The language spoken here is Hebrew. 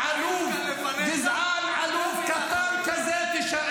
עם מה שאתה מייצג,